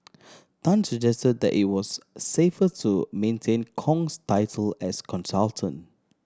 Tan suggested that it was safer to maintain Kong's title as consultant